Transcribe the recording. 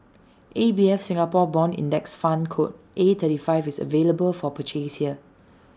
A B F Singapore Bond index fund code A thirty five is available for purchase here